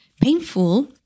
painful